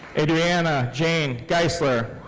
adrianna jane geisler.